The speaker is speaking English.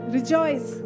Rejoice